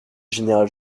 général